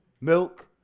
milk